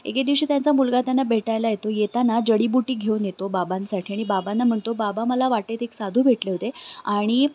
एके दिवशी त्यांचा मुलगा त्यांना भेटायला येतो येताना जडीबुटी घेऊन येतो बाबांसाठी आणि बाबांना म्हणतो बाबा मला वाटेत एक साधू भेटले होते आणि